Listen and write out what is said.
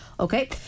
Okay